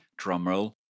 drumroll